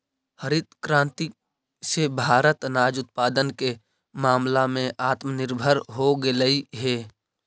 हरित क्रांति से भारत अनाज उत्पादन के मामला में आत्मनिर्भर हो गेलइ हे